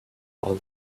all